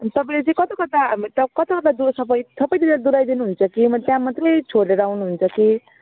अनि तपाईँले चाहिँ कता कता कता कता सबै सबैतिर डुलाइदिनु हुन्छ कि म त्यहाँ मात्रै छोडेर आउनु हुन्छ कि